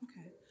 Okay